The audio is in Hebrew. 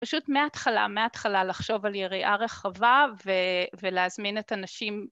פשוט מההתחלה, מההתחלה לחשוב על יריעה רחבה ולהזמין את הנשים.